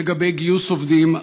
לגבי גיוס עובדים,